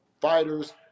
fighters